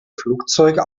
flugzeuge